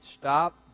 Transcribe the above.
stop